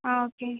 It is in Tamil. ஆ ஓகே